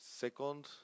Second